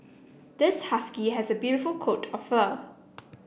this husky has a beautiful coat of fur